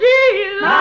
Jesus